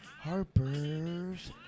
Harper's